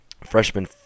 Freshman